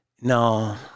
No